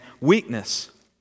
weakness